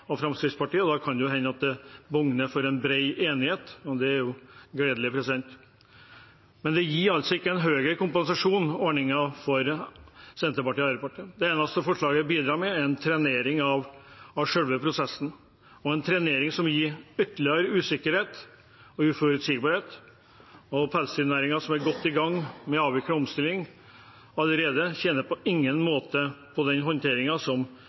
og Fremskrittspartiet, og da kan det hende at det borger for en bred enighet. Det er gledelig. Ordningen til Senterpartiet og Arbeiderpartiet gir ikke en høyere kompensasjon. Det eneste forslaget bidrar med, er en trenering av selve prosessen, en trenering som vil gi ytterligere usikkerhet og uforutsigbarhet. Pelsdyrnæringen, som er godt i gang med avvikling og omstilling allerede, tjener på ingen måte på den